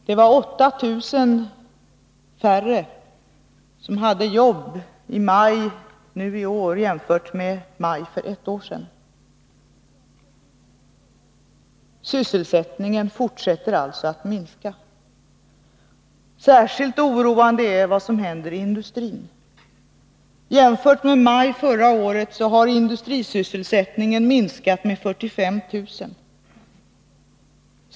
Det var 8 000 färre som hade jobb i maj i år jämfört med maj för ett år sedan. Sysselsättningen fortsätter alltså att minska. Särskilt oroande är vad som händer i industrin. Jämfört med maj förra året har industrisysselsättningen minskat med 45 000.